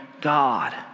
God